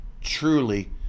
truly